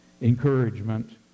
encouragement